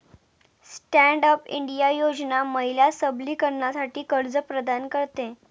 stand up India योजना महिला सबलीकरणासाठी कर्ज प्रदान करते